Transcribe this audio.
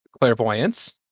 clairvoyance